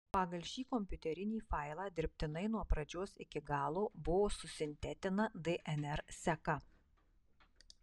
pagal šį kompiuterinį failą dirbtinai nuo pradžios iki galo buvo susintetinta dnr seka